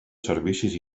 servicis